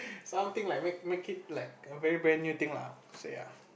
something like make make it like a very new thing lah ya